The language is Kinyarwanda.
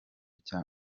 cya